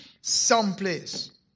someplace